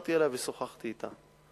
והתקשרתי אליה ושוחחתי אתה.